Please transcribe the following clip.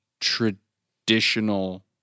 traditional